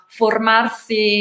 formarsi